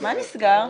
מה נסגר?